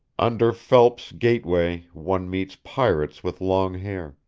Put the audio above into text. under phelps gate-way one meets pirates with long hair,